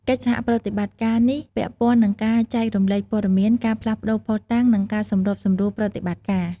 កិច្ចសហប្រតិបត្តិការនេះពាក់ព័ន្ធនឹងការចែករំលែកព័ត៌មាន ការផ្លាស់ប្តូរភស្តុតាង និងការសម្របសម្រួលប្រតិបត្តិការ។